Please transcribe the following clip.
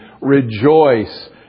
rejoice